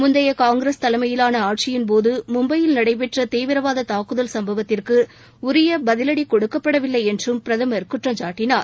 முந்தைய காங்கிரஸ் தலைமையிலான ஆட்சியின் போது மும்பையில் நடடபெற்ற தீவிரவாத தாக்குதல் சம்பவத்திற்கு உரிய பதிவடி கொடுக்கப்படவில்லை என்றும் பிரதமர் குற்றம் சாட்டினார்